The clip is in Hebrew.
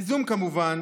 בזום, כמובן,